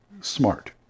smart